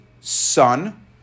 son